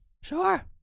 Sure